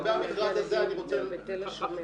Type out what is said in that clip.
לגבי המכרז עצמו אני רוצה -- רגע,